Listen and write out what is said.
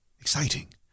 Exciting